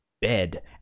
bed